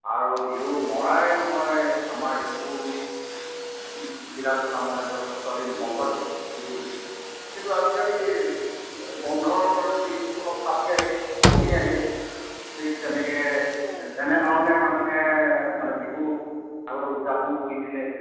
আৰু বিহু মৰাই নহয় আমাৰ স্কুলবিলাকো মানে যথেষ্ট দিন বন্ধ দিয়ে বিহু বুলি কিন্তু আজিকালি এই বন্ধৰ এই দিনটো অলপ চাপি আহিলে কমি আহিলে ঠিক তেনেকৈ যেনেধৰণে মানুহে মানে বিহু আগতে উদযাপন কৰিছিলে